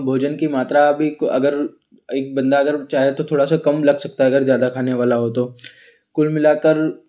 भोजन की मात्र भी अगर एक बंदा अगर चाहे तो थोड़ा सा कम लग सकता है ज़्यादा खाने वाला हो तो कुल मिला कर